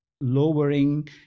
lowering